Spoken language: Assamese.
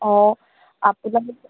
অ' আপোনালোকৰ